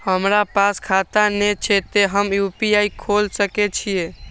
हमरा पास खाता ने छे ते हम यू.पी.आई खोल सके छिए?